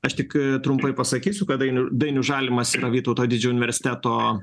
aš tik trumpai pasakysiu kad dainių dainius žalimas yra vytauto didžiojo universiteto